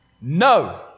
No